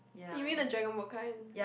you mean the dragon boat kind